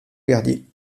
verdier